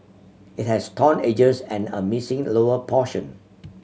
it has torn edges and a missing lower portion